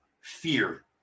fear